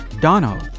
Dono